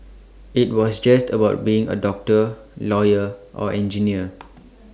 IT was just about being A doctor lawyer or engineer